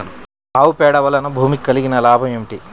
ఆవు పేడ వలన భూమికి కలిగిన లాభం ఏమిటి?